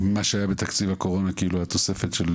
מה שהיה בתקציב הקורונה כאילו התוספת?